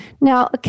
Now